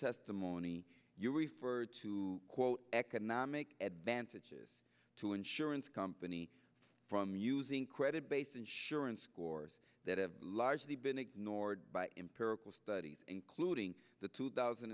testimony you referred to quote economic advantages to insurance company from using credit based insurance course that have largely been ignored by empirical studies including the two thousand